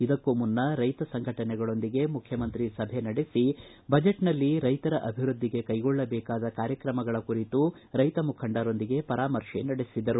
ಇದಕ್ಕೂ ಮುನ್ನ ರೈತ ಸಂಘಟನೆಗಳೊಂದಿಗೆ ಮುಖ್ಯಮಂತ್ರಿ ಸಭೆ ನಡೆಸಿ ಬಜೆಟ್ನಲ್ಲಿ ರೈತರ ಅಭಿವೃದ್ದಿಗೆ ಕೈಗೊಳ್ಳಬೇಕಾದ ಕಾರ್ಯಕ್ರಮಗಳ ಕುರಿತು ರೈತ ಮುಖಂಡರೊಂದಿಗೆ ಪರಾಮರ್ಶೆ ನಡೆಸಿದರು